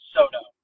Soto